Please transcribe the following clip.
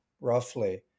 roughly